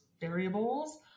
variables